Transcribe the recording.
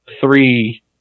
three